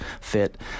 fit